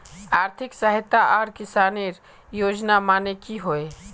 आर्थिक सहायता आर किसानेर योजना माने की होय?